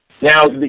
Now